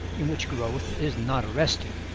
in which growth is not arrested.